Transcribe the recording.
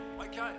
Okay